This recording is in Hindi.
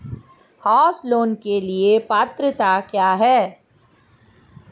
हाउस लोंन लेने की पात्रता क्या है?